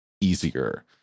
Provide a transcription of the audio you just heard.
easier